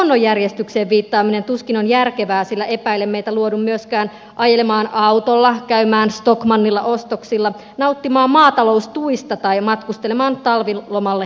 myöskään luonnonjärjestykseen viittaaminen tuskin on järkevää sillä epäilen meitä luodun myöskään ajelemaan autolla käymään stockmannilla ostoksilla nauttimaan maataloustuista tai matkustelemaan talvilomalle teneriffalle